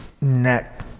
neck